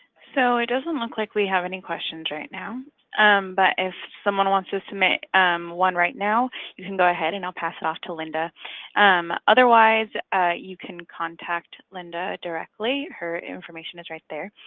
so it doesn't look like we have any questions right now but if someone wants to submit one right now you can go ahead and i'll pass it off to linda otherwise you can contact linda directly her information is right there